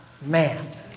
man